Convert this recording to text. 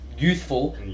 youthful